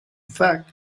fact